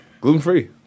Gluten-free